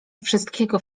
wszystkiego